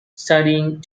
studying